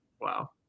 Wow